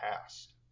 past